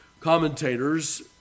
commentators